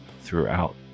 throughout